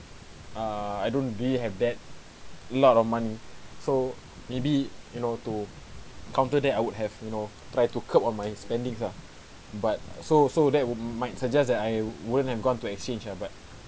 err I don't really have that lot of money so maybe you know to counter that I would have you know try to curb on my spending ah but so so that would might suggest that I wouldn't have gone to exchange ah but